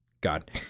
god